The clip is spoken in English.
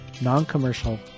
non-commercial